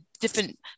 different